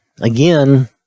again